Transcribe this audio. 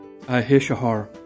Ahishahar